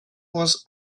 was